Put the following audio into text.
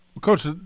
Coach